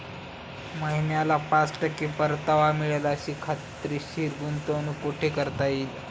महिन्याला पाच टक्के परतावा मिळेल अशी खात्रीशीर गुंतवणूक कुठे करता येईल?